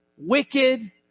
wicked